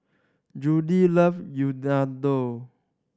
Judy love